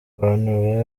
abantu